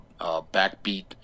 backbeat